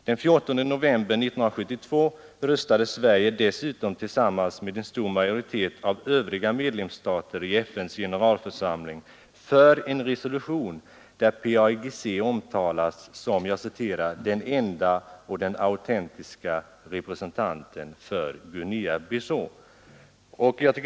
Den 14 november 1972 röstade Sverige dessutom tillsammans med en stor majoritet av övriga medlemsstater i FN:s generalförsamling för en resolution där PAIGC omtalas som ”den enda och den autentiska representanten” för Guinea-Bissau.